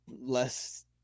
less